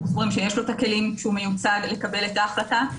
אנו סבורים שיש לו הכלים כשהוא מיוצג לקבל את ההחלטה.